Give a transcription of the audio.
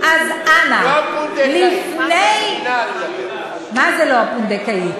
אז אנא, לפני, לא הפונדקאית.